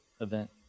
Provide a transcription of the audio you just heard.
event